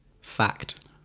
Fact